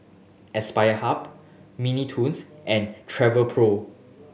Aspire Hub Mini Toons and Travelpro